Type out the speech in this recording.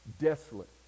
desolate